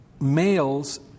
Males